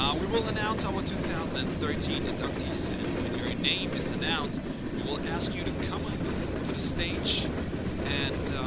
um we will announce ah our two thousand and thirteen inductees, and when your name is announced we will ask you to come up to the stage and,